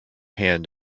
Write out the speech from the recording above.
hand